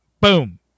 boom